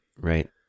Right